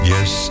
Yes